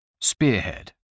Spearhead